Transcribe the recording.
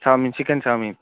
chowmein chicken chowmein